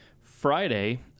friday